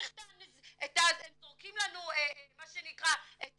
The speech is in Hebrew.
הם זורקים לנו מה שנקרא, את